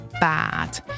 bad